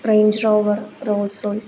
range rover rolls Royce